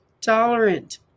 tolerant